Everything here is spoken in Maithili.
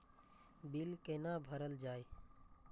बील कैना भरल जाय?